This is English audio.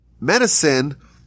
medicine